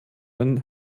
ein